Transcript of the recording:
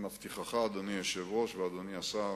כאן מ-03:00 וכשבאתי היו רק